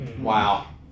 wow